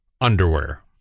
Underwear